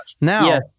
now